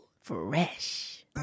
fresh